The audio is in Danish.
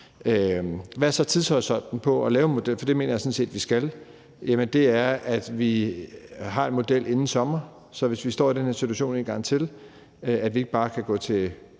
Hvad er så tidshorisonten for at lave en model? Det mener jeg sådan set vi skal gøre, og tidshorisonten er, at vi har en model inden sommer, så vi, hvis vi står i den her situation en gang til, ikke bare kan gå til